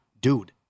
Dude